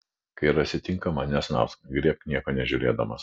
kai rasi tinkamą nesnausk griebk nieko nežiūrėdamas